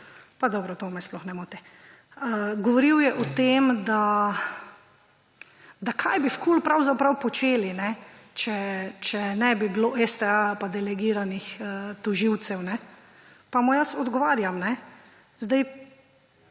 pa dobro, to me sploh ne moti. Govoril je o tem, da kaj bi v KUL pravzaprav počeli, če ne bi bilo STA pa delegiranih tožilcev. Pa mu jaz odgovarjam. Prvo